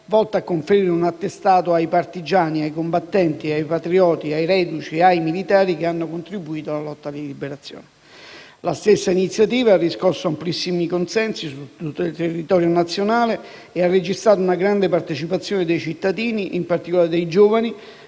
volta a conferire un attestato ai partigiani, ai combattenti, ai patrioti, ai reduci e ai militari che hanno contribuito alla lotta di liberazione. La stessa iniziativa ha riscosso amplissimi consensi su tutto il territorio nazionale e ha registrato una grande partecipazione dei cittadini, in particolare dei giovani,